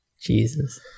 Jesus